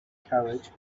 carriage